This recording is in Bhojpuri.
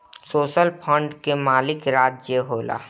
सोशल फंड कअ मालिक राज्य होला